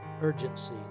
urgency